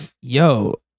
Yo